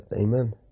Amen